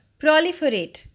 proliferate